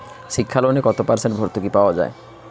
শিক্ষা লোনে কত পার্সেন্ট ভূর্তুকি পাওয়া য়ায়?